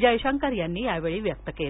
त्यांनी व्यक्त केलं